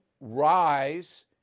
rise